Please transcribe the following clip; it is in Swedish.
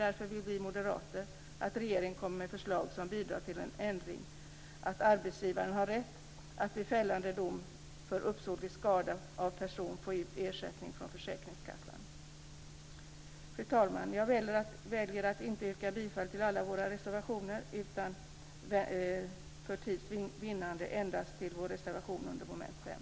Därför vill vi moderater att regeringen kommer med förslag som bidrar till en sådan lagändring att arbetsgivaren har rätt att efter fällande dom för uppsåtlig skada av person utfå ersättning från försäkringskassan. Fru talman! Jag väljer att inte yrka bifall till alla våra reservationer, utan för tids vinnande yrkar jag bifall endast till vår reservation under mom. 5.